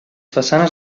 façanes